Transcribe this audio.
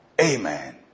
amen